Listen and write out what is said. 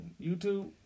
YouTube